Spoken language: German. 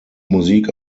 musik